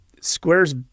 Squares